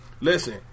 Listen